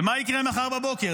ומה יקרה מחר בבוקר?